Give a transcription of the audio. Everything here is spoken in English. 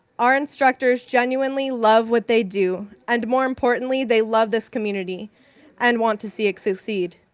our instructors genuinely love what they do. and more importantly they love this community and want to see it succeed.